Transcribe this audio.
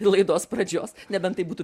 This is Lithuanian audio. laidos pradžios nebent tai būtų